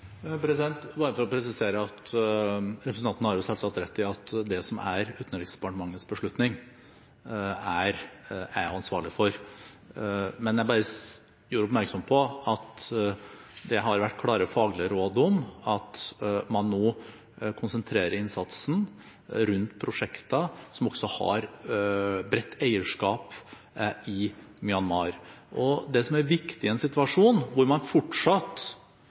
Bare for å presisere: Representanten har selvsagt rett i at det som er Utenriksdepartementets beslutning, er jeg ansvarlig for. Men jeg gjør oppmerksom på at det har vært klare faglige råd om at man nå konsentrerer innsatsen rundt prosjekter som også har bredt eierskap i Myanmar. Det som er avgjørende viktig i en situasjon der man fortsatt